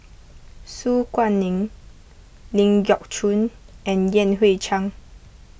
Su Guaning Ling Geok Choon and Yan Hui Chang